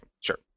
Sure